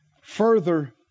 further